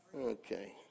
Okay